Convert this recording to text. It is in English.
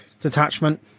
detachment